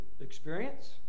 experience